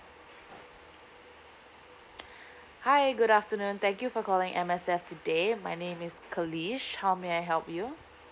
hi good afternoon thank you for calling M_S_F today my name is kerlish how may I help you